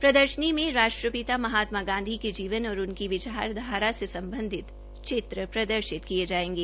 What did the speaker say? प्रदर्शनी में राष्ट्रपिता महात्मा गांधी के जीवन और उनकी विचारधारा से सम्बधित चित्र प्रदर्शित किए जायेंगे